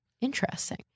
interesting